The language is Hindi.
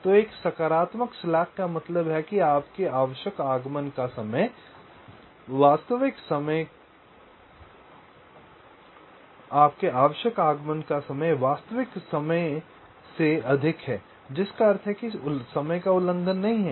तो एक सकारात्मक स्लैक का मतलब है कि आपके आवश्यक आगमन का समय वास्तविक समय के वास्तविक आगमन से अधिक है जिसका अर्थ है कि समय का उल्लंघन नहीं है